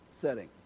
setting